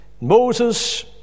Moses